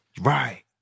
Right